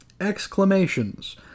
Exclamations